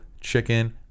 Chicken